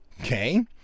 Okay